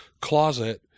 closet